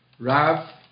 Rav